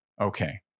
Okay